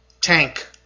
tank